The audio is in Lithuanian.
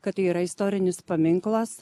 kad tai yra istorinis paminklas